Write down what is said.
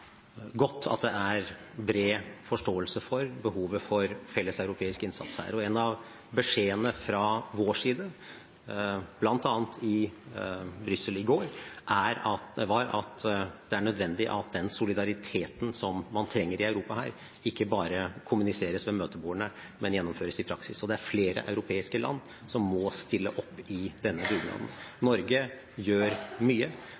godt at det er bred forståelse for behovet for felles europeisk innsats her. En av beskjedene fra vår side – bl.a. i Brussel i går – var at det er nødvendig at den solidariteten som man trenger i Europa her, ikke bare kommuniseres ved møtebordene, men gjennomføres i praksis. Det er flere europeiske land som må stille opp i denne dugnaden. Norge gjør mye,